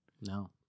No